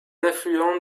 affluent